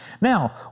Now